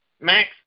Max